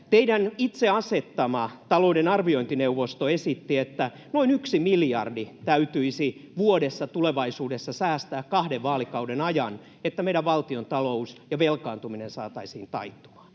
Teidän itse asettamanne talouden arviointineuvosto esitti, että noin yksi miljardi vuodessa täytyisi tulevaisuudessa säästää kahden vaalikauden ajan, että meidän valtiontalous ja velkaantuminen saataisiin taittumaan.